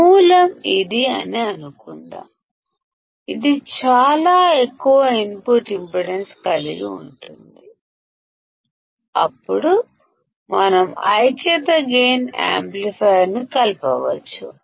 ఇది సోర్స్ అనుకుందాం ఇది చాలా ఎక్కువ ఇన్పుట్ ఇంపిడెన్స్ కలిగి ఉంటుంది అప్పుడు మనం యూనిటీ గైన్ యాంప్లిఫైయర్ను కలపవచ్చు